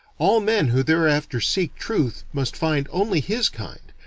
all men who thereafter seek truth must find only his kind,